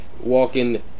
Walking